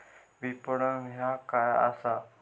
विपणन ह्या काय असा?